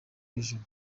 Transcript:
hejuru